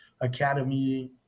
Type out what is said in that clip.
Academy